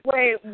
Wait